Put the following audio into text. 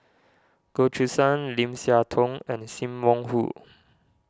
Goh Choo San Lim Siah Tong and Sim Wong Hoo